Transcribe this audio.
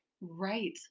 Right